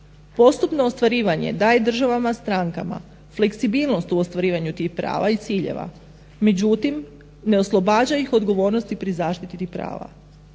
Postupno ostvarivanje daje državama strankama fleksibilnost u ostvarivanju tih prava i ciljeva, međutim ne oslobađa ih odgovornosti pri zaštiti tih prava.